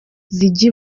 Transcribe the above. zijya